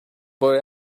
boy